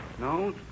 No